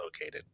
located